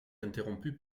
interrompu